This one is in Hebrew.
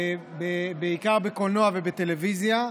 בעיקר בקולנוע ובטלוויזיה.